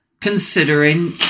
considering